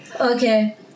okay